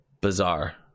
Bizarre